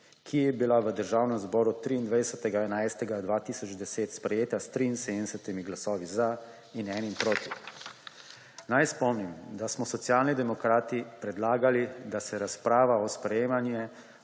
ki je bila v Državnem zboru 23. 11. 2010 sprejeta s 73 glasovi za in enim proti. Naj spomnim, da smo Socialni demokrati predlagali, da se razprava o sprejetju